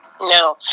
No